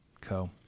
co